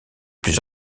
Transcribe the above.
plus